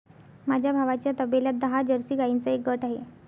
माझ्या भावाच्या तबेल्यात दहा जर्सी गाईंचा एक गट आहे